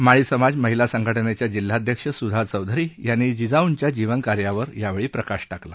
माळी समाज महिला संघटनेच्या जिल्हाध्यक्ष सुधा चौधरी यांनी जिजाऊंच्या जीवनकार्यावर प्रकाश टाकला